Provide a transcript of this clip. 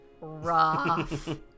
rough